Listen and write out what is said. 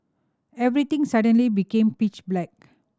everything suddenly became pitch black